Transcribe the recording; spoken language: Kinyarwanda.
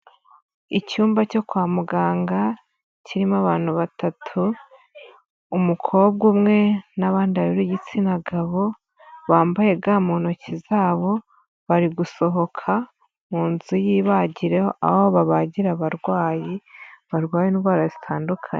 Icyumba cyo kwa muganga kirimo abantu batatu: umukobwa umwe n'abandi babiri b'igitsina gabo bambaga mu ntoki zabo, bari gusohoka mu nzu y'ibagiro, aho babagira abarwayi barwaye indwara zitandukanye.